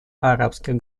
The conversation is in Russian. арабских